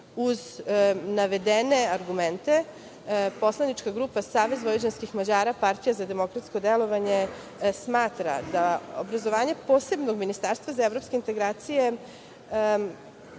navedene argumente, poslanička grupa SVM - Partija za demokratsko delovanje smatra da obrazovanje posebnog ministarstva za evropske integracije